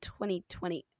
2020